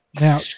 Now